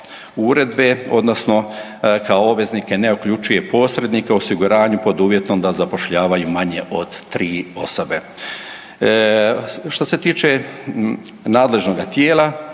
uredbe odnosno kao obveznike ne uključuje posrednike u osiguranju pod uvjetom da zapošljavaju manje od 3 osobe. Što se tiče nadležnoga tijela,